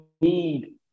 need